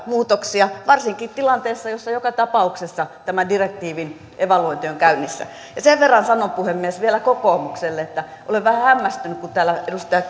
muutoksia varsinkin tilanteessa jossa joka tapauksessa tämän direktiivin evaluointi on käynnissä ja sen verran sanon puhemies vielä kokoomukselle että olen vähän hämmästynyt kun täällä edustaja